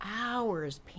hours